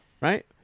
Right